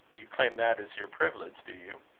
you claim that as your privilege, do you?